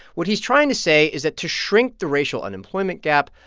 what he's trying to say is that to shrink the racial unemployment gap,